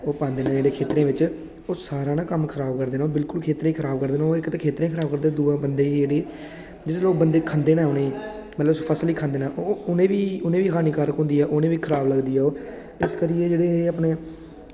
एह् पांदे न जेह्ड़े खेत्तरें बिच ओह् सारा ना कम्म खराब करदे न बिल्कुल खेत्तरें ई खराब करदे न ओह् बिल्कुल खेत्तरें ई होर दूऐ बंदे ई जेह्ड़ी ते जडेह्ड़े ओह् बंदे खंदे न उनेंगी मतलब उस फसल गी खंदे न ओह् उनेंगी बी हानिकारक होंदी ऐ उनेंगी बी खराब लगदी ओह् अस करियै जेह्ड़े एह् अपने